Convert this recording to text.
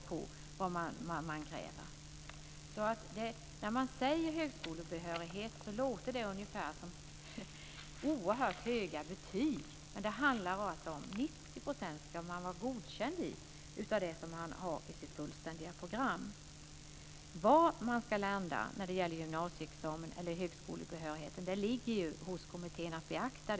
När man talar om högskolebehörighet så låter det ungefär som att det handlar om oerhört höga betyg. Men det handlar alltså om att eleverna ska vara godkända i 90 % av sitt fullständiga program. Var man ska landa när det gäller gymnasieexamen eller högskolebehörighet ska kommittén beakta.